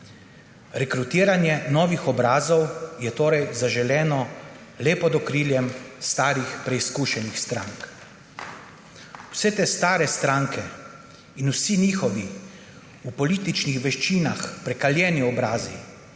Rekrutiranje novih obrazov je torej zaželeno le pod okriljem starih, preizkušenih strank. Vse te stare stranke in vsi njihovi v političnih veščinah prekaljeni obrazi